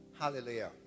Hallelujah